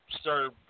started